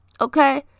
okay